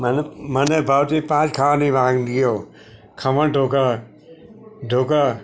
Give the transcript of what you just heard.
મને મને ભાવતી પાંચ ખાવાની વાનગીઓ ખમણ ઢોકળા ઢોકળા